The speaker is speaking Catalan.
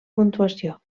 puntuació